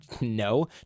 no